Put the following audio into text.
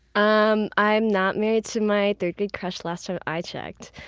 um i'm not married to my third grade crush last time i checked.